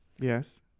Yes